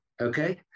Okay